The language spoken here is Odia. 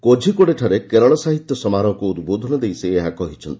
କୋଝିକୋଡେଠାରେ କେରଳ ସାହିତ୍ୟ ସମାରୋହକୁ ଉଦ୍ବୋଧନ ଦେଇ ସେ ଏହା କହିଛନ୍ତି